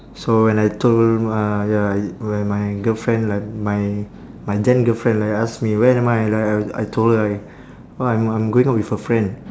so when I told uh ya i~ when my girlfriend like my my then girlfriend like ask me where am I like I I told her I oh I'm I'm going out with a friend